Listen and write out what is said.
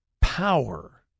power